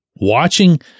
Watching